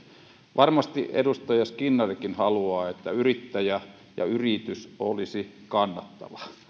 varmasti edustaja skinnarikin haluaa että yritys olisi kannattava